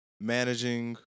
managing